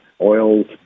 Oils